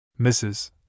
Mrs